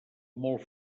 molt